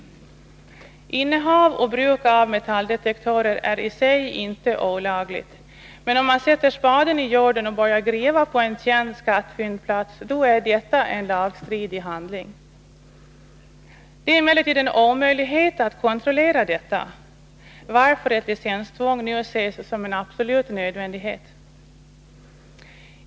Innehav och bruk av metalldetektorer är i sig inte olagligt, men att sätta spaden i jorden och börja gräva på en känd skattfyndplats är en lagstridig handling. Det är emellertid en omöjlighet att kontrollera detta, varför ett licenstvång nu ses som en absolut nödvändighet.